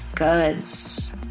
goods